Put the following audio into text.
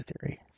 Theory